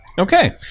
Okay